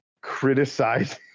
criticize